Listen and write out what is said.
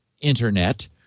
internet